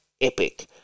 epic